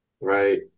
right